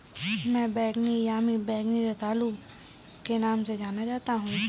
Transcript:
मैं बैंगनी यामी को बैंगनी रतालू के नाम से जानता हूं